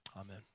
amen